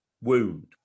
wound